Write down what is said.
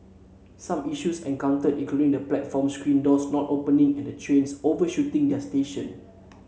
some issues encountered included the platform screen doors not opening and trains overshooting their station